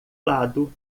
lado